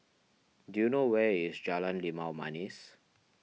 do you know where is Jalan Limau Manis